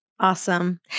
Awesome